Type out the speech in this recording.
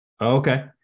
Okay